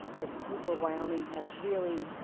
that the people of wyoming have really,